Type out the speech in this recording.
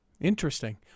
Interesting